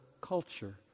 culture